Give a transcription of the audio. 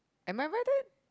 am I wear that